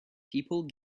people